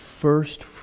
first